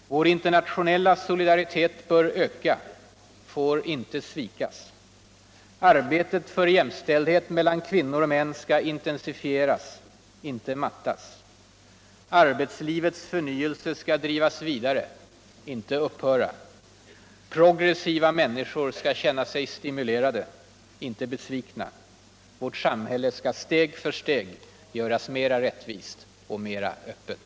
Vär internationella solidaritet bör öka. får inte svikas. Arbetet för jämställdhet mellan kvinnor och män skall intensifieras, inte nmyuttas. Arbetslivets förnyclse skall drivas vidare, inte upphöra. Progressiva människor skall känna sig stimulerade, inte besvikna. Vårt samhälle skall steg för steg göras mera rättvist och mera öppet.